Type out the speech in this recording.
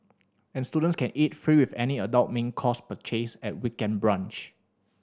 and students can eat free with any adult main course purchase at weekend brunch